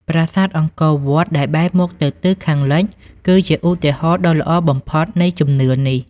ប្រាសាទអង្គរវត្តដែលបែរមុខទៅទិសខាងលិចគឺជាឧទាហរណ៍ដ៏ល្អបំផុតនៃជំនឿនេះ។